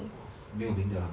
orh 没有名的啦